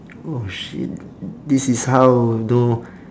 oh shit this is how know